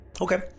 okay